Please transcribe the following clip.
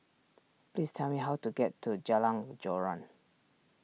please tell me how to get to Jalan Joran